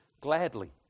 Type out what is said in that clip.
gladly